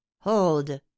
Hold